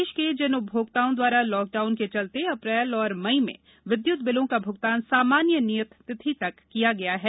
प्रदेश के जिन उपभोक्ताओं द्वारा लॉकडाउन के चलते अप्रैल और मई में विद्युत बिलों का भुगतान सामान्य नियत तिथि तक किया गया है